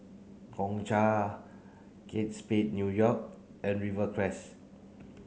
Gongcha Kate Spade New York and Rivercrest